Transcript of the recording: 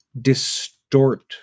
distort